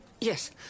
Yes